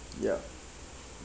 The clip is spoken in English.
ya